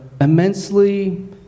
immensely